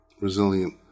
resilient